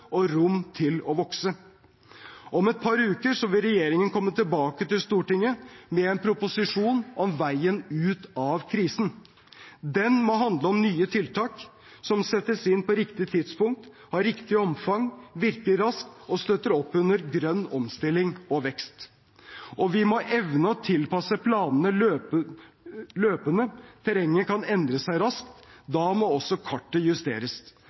og rom til å vokse. Om et par uker vil regjeringen komme tilbake til Stortinget med en proposisjon om veien ut av krisen. Den må handle om nye tiltak, som settes inn på riktig tidspunkt, har riktig omfang, virker raskt og støtter opp under grønn omstilling og vekst. Vi må også evne å tilpasse planene løpende; terrenget kan endre seg raskt. Da må også kartet justeres.